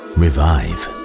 revive